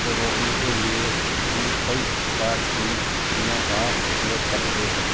को रोकने के लिए हम कई प्रकार की चीज़ों का उपयोग करते हैं